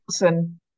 Wilson